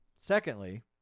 Secondly